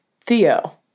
Theo